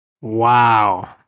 Wow